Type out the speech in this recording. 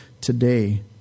today